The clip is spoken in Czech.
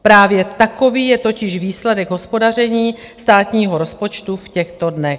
Právě takový je totiž výsledek hospodaření státního rozpočtu v těchto dnech.